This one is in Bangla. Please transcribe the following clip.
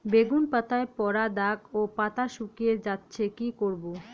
বেগুন পাতায় পড়া দাগ ও পাতা শুকিয়ে যাচ্ছে কি করব?